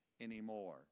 anymore